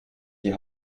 die